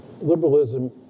liberalism